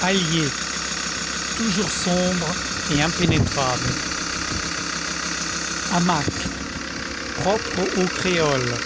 hallier toujours sombre et impénétrable hamac propre aux créoles